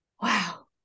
wow